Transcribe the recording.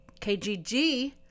KGG